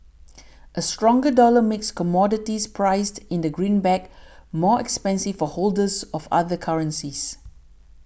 a stronger dollar makes commodities priced in the greenback more expensive for holders of other currencies